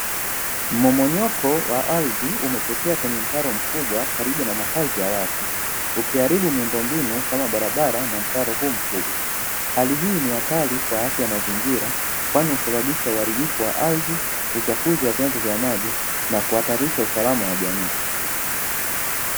Mmomonyoko wa ardhi umetokea kwenye mtaro mkubwa karibu na makazi ya watu, ikiharibu miundombinu kama barabara na mtaro huu mkubwa, hali hii ni hatari kwa afya ya mazingira kwani husababisha uharibifu wa ardhi, uchafuzi wa vyanzo vya maji na kuhatarisha usalama wa jamii.